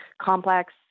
complex